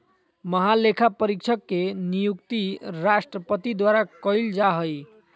महालेखापरीक्षक के नियुक्ति राष्ट्रपति द्वारा कइल जा हइ